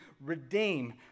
redeem